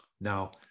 Now